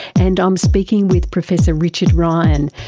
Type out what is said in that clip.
and i'm speaking with professor richard ryan,